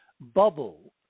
bubble